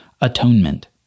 atonement